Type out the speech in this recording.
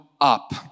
up